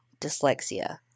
dyslexia